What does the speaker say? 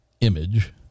image